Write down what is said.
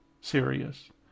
serious